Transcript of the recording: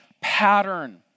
pattern